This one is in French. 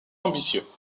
ambitieux